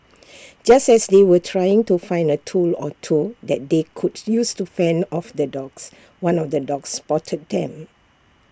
just as they were trying to find A tool or two that they could use to fend off the dogs one of the dogs spotted them